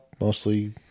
Mostly